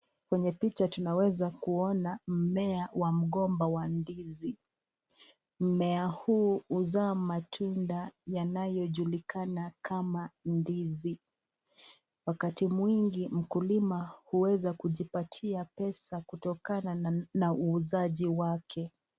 Kwenye picha tunaweza kuona mmea wa mgomba wa ndizi. Mmea huu huzaa matunda yanayojulikana kama ndizi. Wakati mwingi mkulima huweza kujipatia pesa kutokana na uuzaji wake.